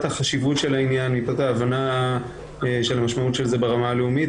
חשיבות העניין והבנת המשמעות של זה ברמה הלאומית,